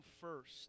first